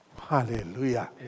Hallelujah